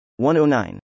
109